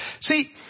See